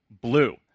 blue